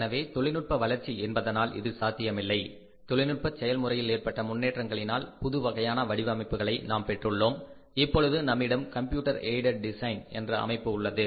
எனவே தொழில்நுட்ப வளர்ச்சி என்பதனால் இது சாத்தியமில்லை தொழில்நுட்ப செயல் முறையில் ஏற்பட்ட முன்னேற்றங்களினால் புதுவகையான வடிவமைப்புகளை நாம் பெற்றுள்ளோம் இப்பொழுது நம்மிடம் கம்ப்யூட்டர் எய்டட் டிசைன் என்ற அமைப்பு உள்ளது